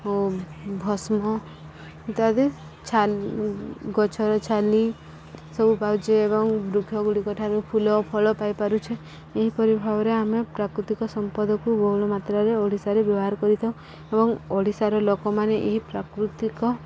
ଓ ଭଷ୍ମ ଇତ୍ୟାଦି ଛା ଗଛର ଛାଲି ସବୁ ପାଉଛେ ଏବଂ ବୃକ୍ଷଗୁଡ଼ିକ ଠାରୁ ଫୁଲ ଓ ଫଳ ପାଇପାରୁଛେ ଏହିପରି ଭାବରେ ଆମେ ପ୍ରାକୃତିକ ସମ୍ପଦକୁ ବହୁଳ ମାତ୍ରାରେ ଓଡ଼ିଶାରେ ବ୍ୟବହାର କରିଥାଉ ଏବଂ ଓଡ଼ିଶାର ଲୋକମାନେ ଏହି ପ୍ରାକୃତିକ